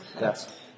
yes